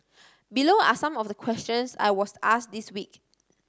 below are some of the questions I was asked this week